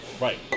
right